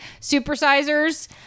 Supersizers